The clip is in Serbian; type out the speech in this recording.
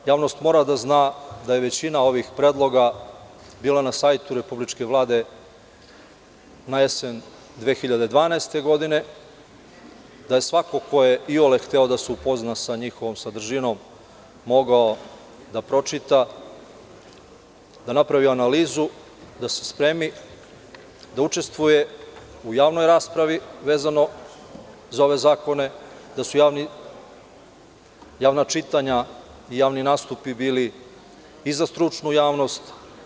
Javnost mora da zna da je većina ovih predloga bila na sajtu Republičke vlade na jesen 2012. godine, da je svako ko je iole hteo da se upozna sa njihovom sadržinom mogao da pročita, da napravi analizu, da se spremi, da učestvuje u javnoj raspravi vezano za ove zakone, da su javna čitanja i javni nastupi bilii za stručnu javnost.